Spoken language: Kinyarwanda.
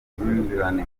amakimbirane